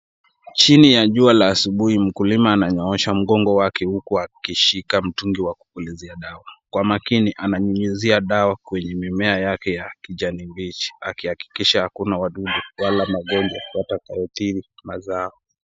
Chini ya jua la asubuhi, mkulima ananyoosha mgongo wake huku akishika mtungi wa kupulizia dawa. Kwa makini ananyunyuzia dawa kwenye mimea yake ya kijani mbichi wakihakikisha hakuna wadudu wala magonjwa yatakayo athiri mazao.